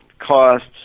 costs